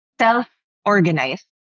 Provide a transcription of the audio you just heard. self-organized